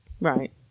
Right